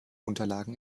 unterlagen